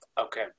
Okay